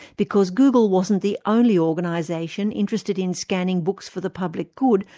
because google wasn't the only organisation interested in scanning books for the public good,